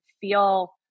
feel